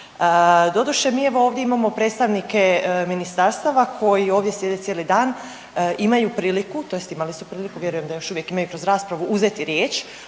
Doduše mi evo ovdje imamo predstavnika ministarstava koji ovdje sjede cijeli dan, imaju priliku, tj. imali su priliku, vjerujem da još uvijek imaju kroz raspravu uzeti riječ